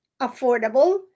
affordable